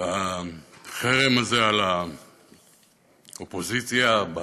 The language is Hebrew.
החרם הזה על האופוזיציה,